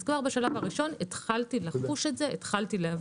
אז כבר בשלב הראשון התחלתי לחוש ולהבין